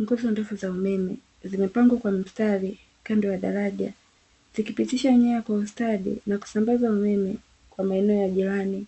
Nguzo ndefu za umeme, zimepangwa kwa mstari kando ya daraja, zikipitisha nyaya kwa ustadi na kusambaza umeme kwa maeneo ya jirani,